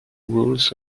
rules